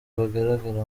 bagaragara